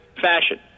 fashion